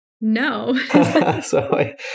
No